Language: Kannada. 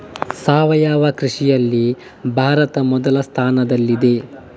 ಸಾವಯವ ಕೃಷಿಯಲ್ಲಿ ಭಾರತ ಮೊದಲ ಸ್ಥಾನದಲ್ಲಿದೆ